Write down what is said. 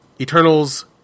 Eternals